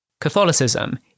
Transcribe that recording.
Catholicism